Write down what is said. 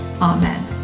Amen